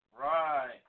right